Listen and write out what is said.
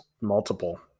multiple